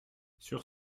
sur